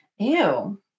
Ew